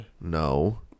No